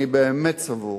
אני באמת סבור,